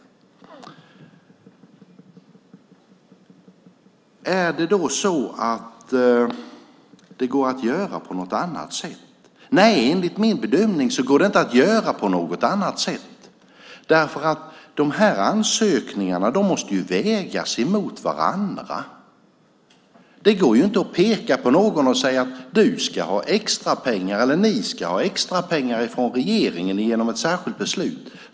Går det att göra på något annat sätt? Nej, enligt min bedömning går det inte att göra på något annat sätt. Ansökningarna måste vägas mot varandra. Det går inte att peka på något och säga att ni ska ha extrapengar från regeringen genom ett särskilt beslut.